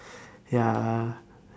ya